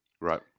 Right